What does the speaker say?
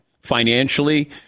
Financially